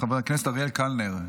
חבר הכנסת אריאל קלנר,